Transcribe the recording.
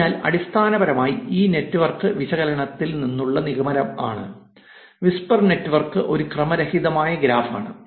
അതിനാൽ അടിസ്ഥാനപരമായി ഈ നെറ്റ്വർക്ക് വിശകലനത്തിൽ നിന്നുള്ള നിഗമനം ആണ് വിസ്പർ നെറ്റ്വർക്ക് ഒരു ക്രമരഹിതമായ ഗ്രാഫാണ്